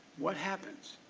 what happens?